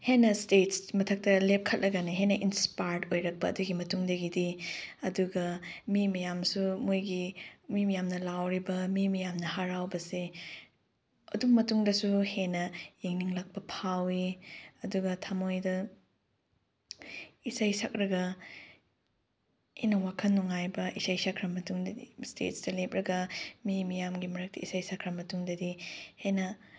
ꯍꯦꯟꯅ ꯏꯁꯇꯦꯖ ꯃꯊꯛꯇ ꯂꯦꯞꯈꯠꯂꯒꯅꯦ ꯍꯦꯟꯅ ꯏꯟꯁꯄꯥꯔꯠ ꯑꯣꯏꯔꯛꯄ ꯑꯗꯨꯒꯤ ꯃꯇꯨꯡꯗꯒꯤꯗꯤ ꯑꯗꯨꯒ ꯃꯤ ꯃꯌꯥꯝꯁꯨ ꯃꯣꯏꯒꯤ ꯃꯤ ꯃꯌꯥꯝꯅ ꯂꯥꯎꯔꯤꯕ ꯃꯤ ꯃꯌꯥꯝꯅ ꯍꯔꯥꯎꯕꯁꯦ ꯑꯗꯨ ꯃꯇꯨꯡꯗꯁꯨ ꯍꯦꯟꯅ ꯌꯦꯡꯅꯤꯡꯂꯛꯄ ꯐꯥꯎꯏ ꯑꯗꯨꯒ ꯊꯃꯣꯏꯗ ꯏꯁꯩ ꯁꯛꯂꯒ ꯑꯩꯅ ꯋꯥꯈꯜ ꯅꯨꯡꯉꯥꯏꯕ ꯏꯁꯩ ꯁꯛꯈ꯭ꯔ ꯃꯇꯨꯡꯗꯗꯤ ꯏꯁꯇꯦꯖꯇ ꯂꯦꯞꯂꯒ ꯃꯤ ꯃꯌꯥꯝꯒꯤ ꯃꯔꯛꯇ ꯏꯁꯩ ꯁꯛꯈ꯭ꯔ ꯃꯇꯨꯡꯗꯗꯤ ꯍꯦꯟꯅ